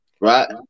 right